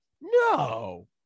no